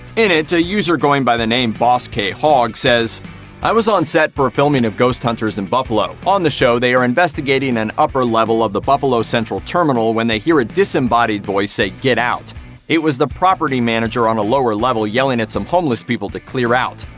in it, a user going by the name bosskhogg says i was on set for a filming of ghost hunters in buffalo. on the show, they are investigating an upper level of the buffalo central terminal when they hear a disembodied voice say get out it was the property manager on a lower level yelling at some homeless people to clear out.